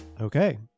Okay